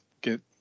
get